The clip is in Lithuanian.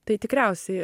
tai tikriausiai